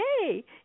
Hey